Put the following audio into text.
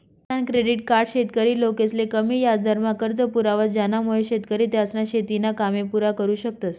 किसान credit card शेतकरी लोकसले कमी याजदरमा कर्ज पुरावस ज्यानामुये शेतकरी त्यासना शेतीना कामे पुरा करु शकतस